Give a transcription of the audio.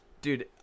Dude